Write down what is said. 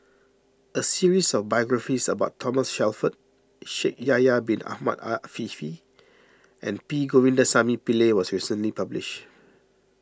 a series of biographies about Thomas Shelford Shaikh Yahya Bin Ahmed Afifi and P Govindasamy Pillai was recently published